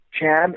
Chad